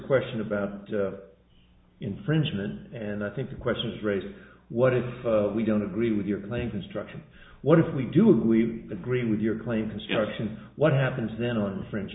question about infringement and i think the question is raised what if we don't agree with your claim construction what if we do we agree with your claim constructions what happens then aren't french